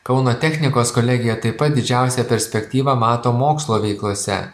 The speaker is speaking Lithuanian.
kauno technikos kolegija taip pat didžiausią perspektyvą mato mokslo veiklose